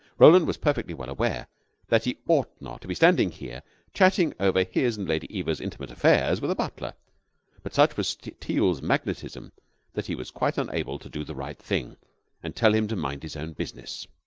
roland was perfectly well aware that he ought not to be standing here chatting over his and lady eva's intimate affairs with a butler but such was teal's magnetism that he was quite unable to do the right thing and tell him to mind his own business.